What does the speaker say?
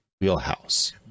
wheelhouse